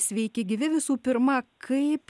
sveiki gyvi visų pirma kaip